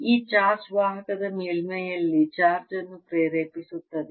ಈ ಚಾರ್ಜ್ ವಾಹಕದ ಮೇಲ್ಮೈಯಲ್ಲಿ ಚಾರ್ಜ್ ಅನ್ನು ಪ್ರೇರೇಪಿಸುತ್ತದೆ